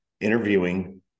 interviewing